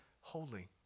holy